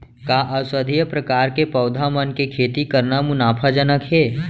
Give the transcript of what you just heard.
का औषधीय प्रकार के पौधा मन के खेती करना मुनाफाजनक हे?